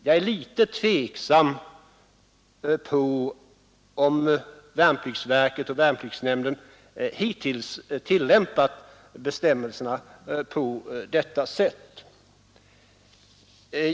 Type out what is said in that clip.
Jag är litet tveksam huruvida värnpliktsverket och värnpliktsnämnden hittills har tillämpat bestämmelserna på detta sätt.